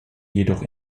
jedoch